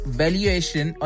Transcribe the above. valuation